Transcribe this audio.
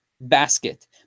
basket